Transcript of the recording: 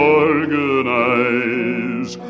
organize